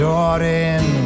Jordan